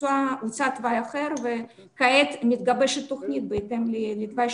הוצע תוואי אחר וכעת מתגבשת תוכנית בהתאם לתוואי